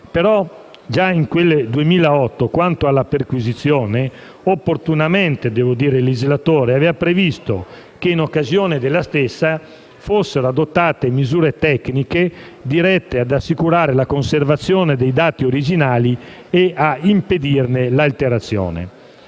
Ma già nel 2008, quanto alla perquisizione (opportunamente, devo dire), il legislatore aveva previsto che, in occasione della stessa, fossero adottate misure tecniche dirette ad assicurare la conservazione dei dati originali e a impedirne l'alterazione.